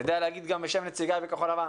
אני יודע לומר גם בשם חבריי בכחול לבן,